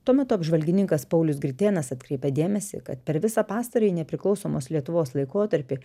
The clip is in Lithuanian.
tuo metu apžvalgininkas paulius gritėnas atkreipia dėmesį kad per visą pastarąjį nepriklausomos lietuvos laikotarpį